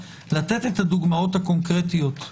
לתת את הדוגמאות הקונקרטית.